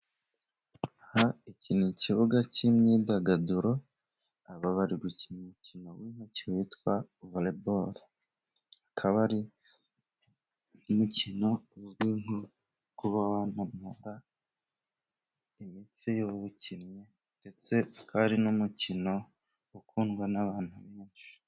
Aha iki ni ikibuga cy'imyidagaduro, aba bari gukina umukino w'intoki witwa voreboro, ukaba ari umukino ukaba uzwiho kurambura imitsi y'uwukinnye, ndetse ukaba ari n'umukino ukundwa n'abantu benshi.